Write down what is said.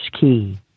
key